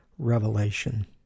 Revelation